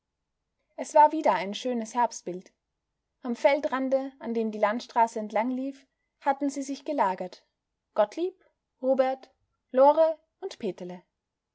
es war wieder ein schönes herbstbild am feldrande an dem die landstraße entlang lief hatten sie sich gelagert gottlieb robert lore und peterle